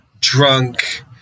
drunk